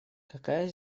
какая